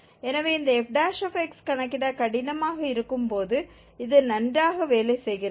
எனவே இந்த f கணக்கிட கடினமாக இருக்கும் போது இது நன்றாக வேலை செய்கிறது